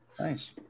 Nice